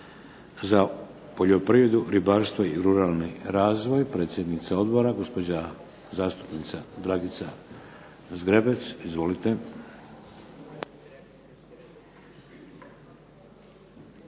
za poljoprivredu, ribarstvo i ruralni razvoj. Predsjednica odbora gospođa zastupnica Dragica Zgrebec. Izvolite.